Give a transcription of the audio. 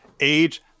age